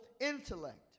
intellect